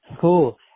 cool